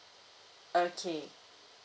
okay